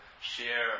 share